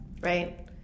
Right